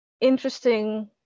interesting